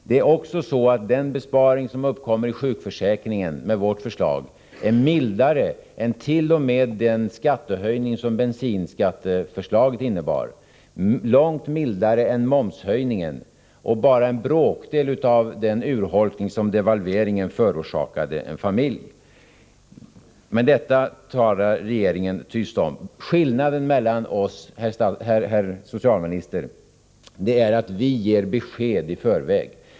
Det är också så att den besparing som enligt vårt förslag uppkommer i sjukförsäkringen är mildare än t.o.m. en skattehöjning som bensinskatteförslaget innebar, långt mildare än momshöjningen och bara en bråkdel av den urholkning som devalveringen förorsakade i familjernas ekonomi. Men detta talar regeringen tyst om. Skillnaden mellan oss, herr socialminister, är att vi ger besked i förväg.